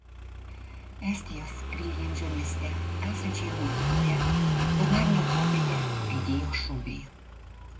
estijos viljandžio mieste esančioje mokykloje pirmadienio popietę aidėjo šūviai